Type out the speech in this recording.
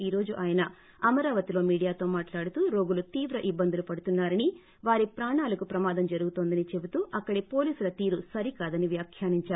ఈరోజు ఆయన అమరావతిలో మీడియా తో మాట్లాడుతూ రోగులు తీవ్ర ఇబ్బందులు పెడుతున్నారని వారి ప్రాణాలకు ప్రమాదం జరుగుతోందని చెబుతూ అక్కడి పోలీసుల తీరు ేసరికాదని వ్యాఖ్యానించారు